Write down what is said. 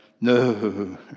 no